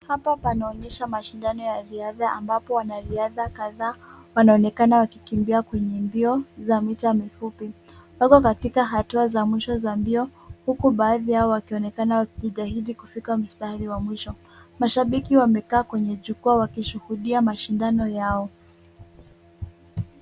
Hapa panaonyesha mashindano ya riadha ambapo wanariadha kadhaa wanaonekana wakikimbia kwenye mbio za mita mifupi. Wako katika hatua za mwisho za mbio huku baadhi yao wakionekana wakijitahidi kufika mstari wa mwisho. Mashabiki wamekaa kwenye jukwaa wakishuhudia mashindano yao.